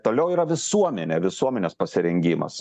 toliau yra visuomenė visuomenės pasirengimas